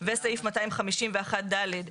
וסעיף 251(ד)